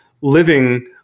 living